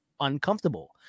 Uncomfortable